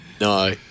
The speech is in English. No